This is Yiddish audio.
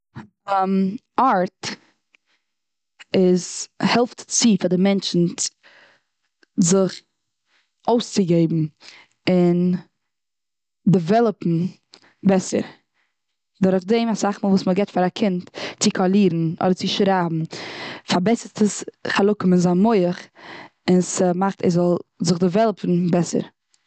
ארט איז, העלפט צו פאר די מענטשן זיך אויסצוגעבן, און דעוועלעפן בעסער. דורך דעם אסאך מאל וואס מ'גיבט פאר א קינד צו קאלירן, אדער צו שרייבן פארבעסערט עס חלקים און זיין מח און ס'מאכט ס'זאל זיך דעוועלעפן בעסער.